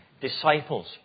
disciples